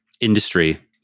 industry